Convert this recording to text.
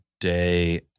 day